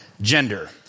gender